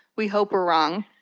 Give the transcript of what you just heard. we hope we're wrong.